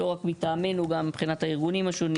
לא רק מטעמינו, גם מבחינת הארגונים השונים.